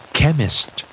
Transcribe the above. Chemist